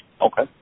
Okay